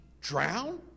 drown